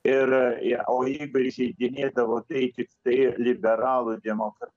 ir ja o jeigu ir įžeidinėdavo tai tik tai liberalų demokra